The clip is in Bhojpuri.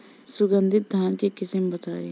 सुगंधित धान के किस्म बताई?